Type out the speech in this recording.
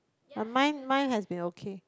ya mine mine has been okay